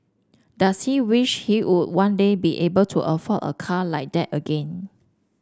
does he wish he would one day be able to afford a car like that again